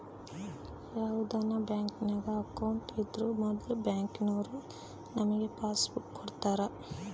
ಯಾವುದನ ಬ್ಯಾಂಕಿನಾಗ ಅಕೌಂಟ್ ಇದ್ರೂ ಮೊದ್ಲು ಬ್ಯಾಂಕಿನೋರು ನಮಿಗೆ ಪಾಸ್ಬುಕ್ ಕೊಡ್ತಾರ